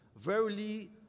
Verily